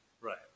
right